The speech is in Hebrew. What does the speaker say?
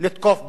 לתקוף באירן.